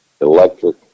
electric